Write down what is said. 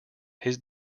his